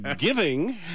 Giving